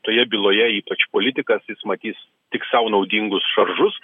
toje byloje ypač politikas jis matys tik sau naudingus šaržus